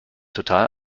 total